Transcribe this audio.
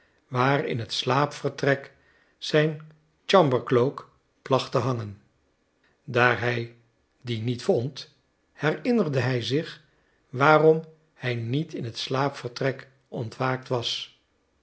waar in het slaapvertrek zijn chambercloak placht te hangen daar hij dien niet vond herinnerde hij zich waarom hij niet in het slaapvertrek ontwaakt was